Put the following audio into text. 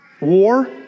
War